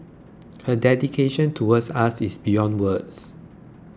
her dedication towards us is beyond words